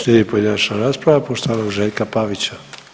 Slijedi pojedinačna rasprava poštovanog Željka Pavića.